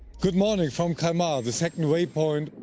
good morning from kalmar, the second waypoint.